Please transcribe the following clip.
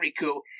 Riku